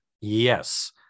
Yes